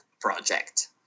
project